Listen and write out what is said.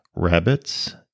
Rabbits